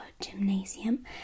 gymnasium